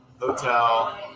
hotel